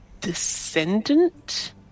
descendant